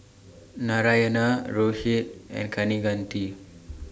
Narayana Rohit and Kaneganti